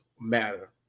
matter